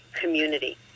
community